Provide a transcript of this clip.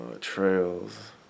trails